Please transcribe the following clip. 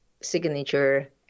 signature